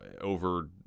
over